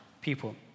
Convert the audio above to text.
people